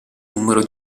numero